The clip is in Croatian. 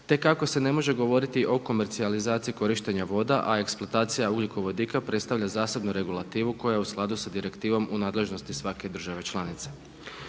te kako se ne može govoriti o komercijalizaciji korištenja voda, a eksploatacija ugljikovodika predstavlja zasebnu regulativu koja je u skladu sa direktivom u nadležnosti svake države članice.